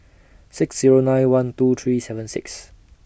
six Zero nine one two three seven six